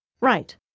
Right